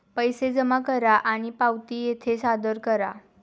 पैसे जमा करा आणि पावती येथे सादर करा